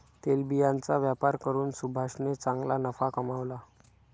तेलबियांचा व्यापार करून सुभाषने चांगला नफा कमावला